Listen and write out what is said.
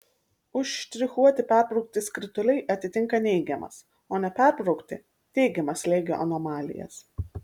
užštrichuoti perbraukti skrituliai atitinka neigiamas o neperbraukti teigiamas slėgio anomalijas